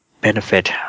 benefit